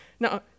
Now